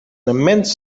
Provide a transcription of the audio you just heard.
immense